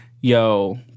yo